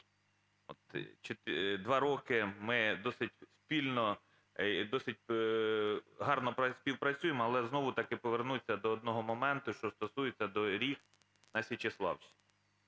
2 роки ми досить спільно, досить гарно співпрацюємо, але знову-таки повернуся до одного моменту, що стосується доріг наСічеславщині.